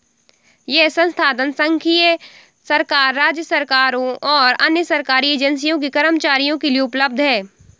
यह संसाधन संघीय सरकार, राज्य सरकारों और अन्य सरकारी एजेंसियों के कर्मचारियों के लिए उपलब्ध है